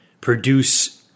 produce